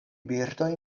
birdoj